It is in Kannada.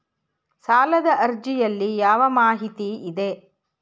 ಸಾಲದ ಅರ್ಜಿಯಲ್ಲಿ ಯಾವ ಮಾಹಿತಿ ಇದೆ?